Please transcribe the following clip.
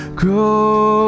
grow